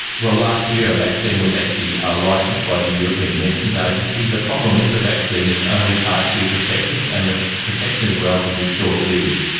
well, last year a vaccine was actually licensed by the european medicines agency. the problem with the vaccine, it's only partially protective, and the protection is relatively short lived.